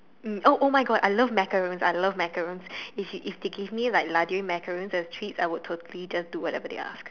mm oh !oh-my-God! I love macarons I love macarons if if they give me like Laduree macarons as treats I will totally do whatever they ask